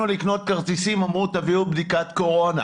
לקנות כרטיסים וביקשו מהם בדיקת קורונה,